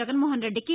జగన్మోహన్ రెడ్డికి